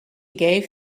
gave